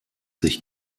sich